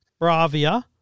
Bravia